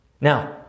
Now